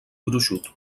gruixut